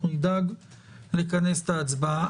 נדאג לכנס את ההצבעה.